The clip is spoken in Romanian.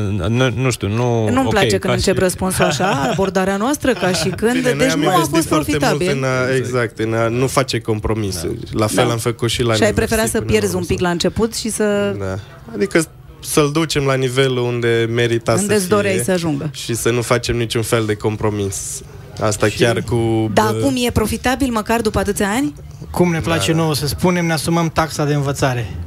Nu- nu știu, nu- Nu-mi ok, place când ca încep și- răspunsul așa, abordarea noastră, ca și când, Bine, noi deci am nu a investit fost foarte mult profitabil. în a- exact, în a nu face compromisuri. Da. La fel Da. am făcut și la Și ai Neversee preferat să până la pierzi urmă. un pic la început și să- Da. Adică să-l ducem la nivelul unde merita Unde să îți doreai fie să ajungă. și să nu facem niciun fel de compromis. Asta Și- chiar cu- Dar bă- acum e profitabil, măcar după atâția ani? Cum ne place Da, da. nouă să spunem, ne asumăm taxa de învățare.